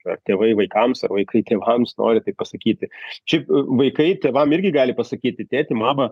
ar tėvai vaikams ar vaikai tėvams nori tai pasakyti šiaip vaikai tėvam irgi gali pasakyti tėti mama